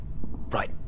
Right